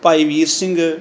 Bhai Vir Singh